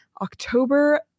October